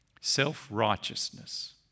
Self-righteousness